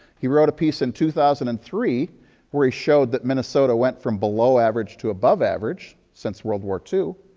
he wrote a piece in two thousand and three where he showed that minnesota went from below average to above average since world war ii.